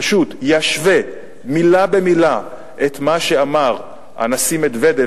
פשוט ישווה מלה במלה את מה שאמר הנשיא מדוודב